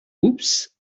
oops